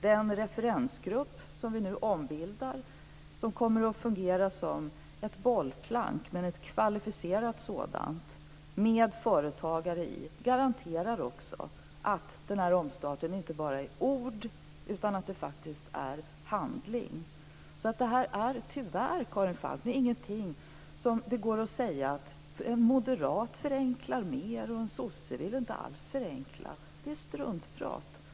Den referensgrupp som vi nu ombildar och som kommer att fungera som ett kvalificerat bollplank med företagare i garanterar också att denna omstart inte bara är ord utan också innebär handling. Tyvärr, Karin Falkmer, går det inte att säga att en moderat förenklar mer och att en sosse inte alls vill förenkla. Det är struntprat.